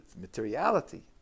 materiality